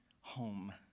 home